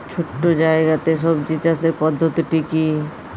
ছোট্ট জায়গাতে সবজি চাষের পদ্ধতিটি কী?